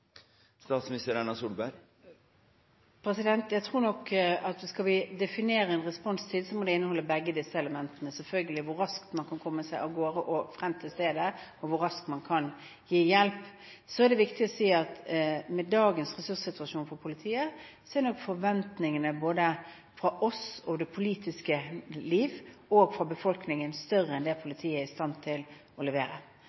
Jeg tror nok at skal vi definere en responstid, må det selvfølgelig inneholde begge disse elementene: hvor raskt man kan komme seg av gårde til stedet og hvor raskt man kan gi hjelp. Så er det viktig å si at med dagens ressurssituasjon for politiet er nok forventningene fra oss i det politiske liv og fra befolkningen større enn det